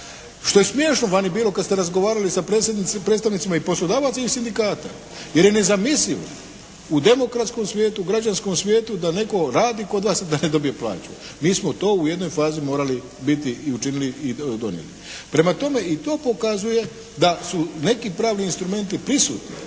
što je smiješno vani bilo kad ste razgovarali sa predstavnicima i poslodavaca i Sindikata, jer je nezamislivo u demokratskom svijetu u građanskom svijetu da netko radi kod nas, a da ne dobije plaću. Mi smo to u jednoj fazi morali biti i učinili i donijeli. Prema tome, i to pokazuje da su neki pravni instrumenti prisutni.